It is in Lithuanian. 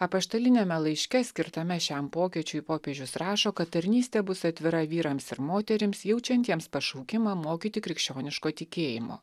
apaštaliniame laiške skirtame šiam pokyčiui popiežius rašo kad tarnystė bus atvira vyrams ir moterims jaučiantiems pašaukimą mokyti krikščioniško tikėjimo